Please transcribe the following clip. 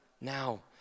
now